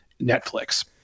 Netflix